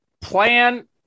plan –